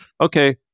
okay